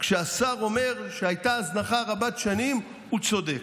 כשהשר אומר שהייתה הזנחה רבת שנים, הוא צודק,